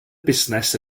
busnes